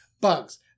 bugs